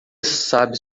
sabe